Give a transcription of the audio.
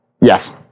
Yes